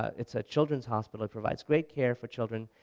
it's a children's hospital, it provides great care for children,